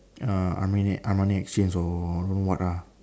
err Armani exchange or don't know what lah